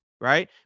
right